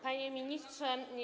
Panie Ministrze!